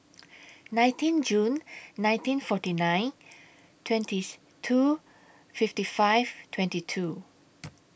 nineteen June nineteen forty nine twentieth two fifty five twenty two